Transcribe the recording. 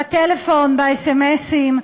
בטלפון, בסמ"סים.